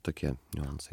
tokie niuansai